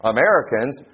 Americans